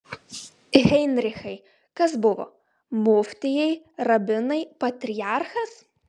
heinrichai kas buvo muftijai rabinai patriarchas